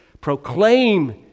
proclaim